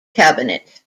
cabinet